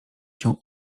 się